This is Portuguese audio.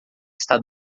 está